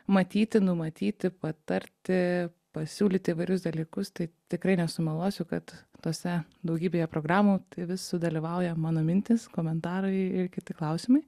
matyti numatyti patarti pasiūlyti įvairius dalykus tai tikrai nesumeluosiu kad tose daugybėje programų vis sudalyvauja mano mintys komentarai ir kiti klausimai